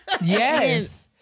Yes